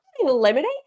eliminate